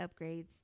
upgrades